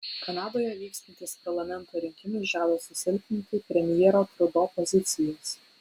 kanadoje vykstantys parlamento rinkimai žada susilpninti premjero trudo pozicijas